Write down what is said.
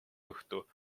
õhtu